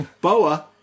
Boa